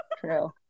true